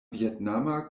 vjetnama